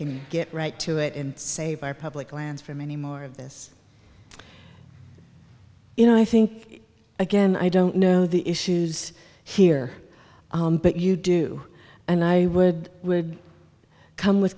can get right to it and save our public lands for many more of this you know i think again i don't know the issues here but you do and i would would come with